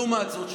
לעומת זאת,